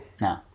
No